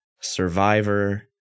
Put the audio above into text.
Survivor